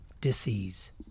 dis-ease